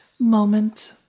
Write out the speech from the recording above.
moment